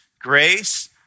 grace